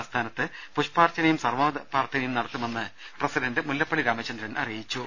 ആസ്ഥാനത്ത് പുഷ്പാർച്ചനയും സർവമത പ്രാർത്ഥനയും നടത്തുമെന്ന് പ്രസിഡന്റ് മുല്ലപ്പള്ളി രാമചന്ദ്രൻ അറിയിച്ചു